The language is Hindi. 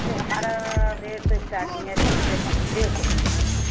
अरे हमारा रेट स्टार्टिंग है कम से कम डेढ़ सौ हम देते हैं